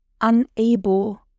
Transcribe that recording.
unable